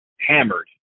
hammered